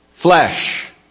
Flesh